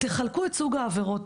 לחלק את סוג העבירות?